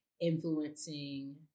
influencing